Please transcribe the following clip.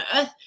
earth